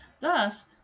Thus